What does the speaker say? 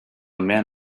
man